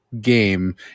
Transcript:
Game